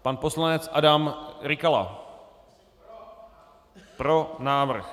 Pan poslanec Adam Rykala: Pro návrh.